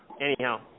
Anyhow